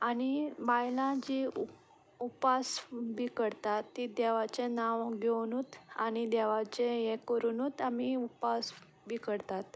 आनी बायलां जी उ उपास बी करतात तीं देवाचें नांव घेवनूच आनी देवाचें हें करुनूच आमी उपास बी करतात